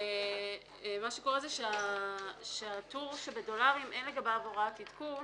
אולם הטור שבדולרים אין לגביו הוראת עדכון